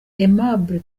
aimable